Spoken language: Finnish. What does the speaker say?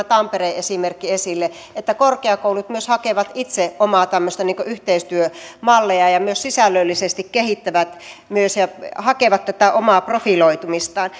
tampereen esimerkki esille että korkeakoulut myös hakevat itse omia tämmöisiä yhteistyömalleja ja myös sisällöllisesti kehittävät ja hakevat tätä omaa profiloitumistaan